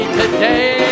today